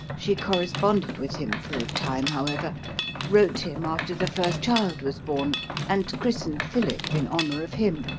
she corresponded with him for a time, however wrote him after the first child was born and christened philip in honour of him.